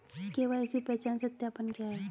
KYC पहचान सत्यापन क्या है?